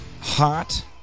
Hot